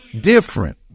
Different